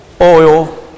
oil